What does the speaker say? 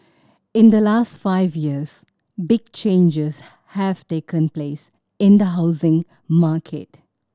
in the last five years big changes have taken place in the housing market